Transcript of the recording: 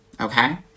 Okay